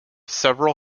several